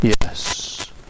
Yes